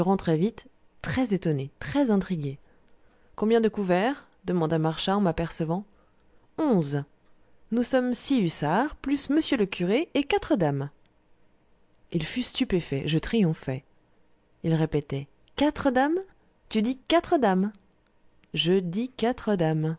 rentrai vite très étonné très intrigué combien de couverts demanda marchas en m'apercevant onze nous sommes six hussards plus m le curé et quatre dames il fut stupéfait je triomphais il répétait quatre dames tu dis quatre dames je dis quatre dames